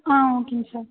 ஆ ஓகேங்க சார்